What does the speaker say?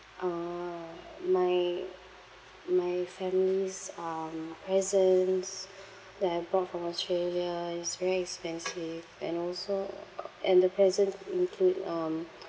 uh my my family's um presents that I bought from australia it's very expensive and also and the present include um